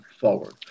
forward